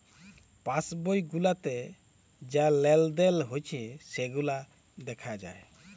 pass বই গুলাতে যা লেলদেল হচ্যে সেগুলা দ্যাখা যায়